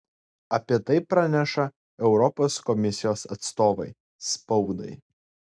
apie tai praneša europos komisijos atstovai spaudai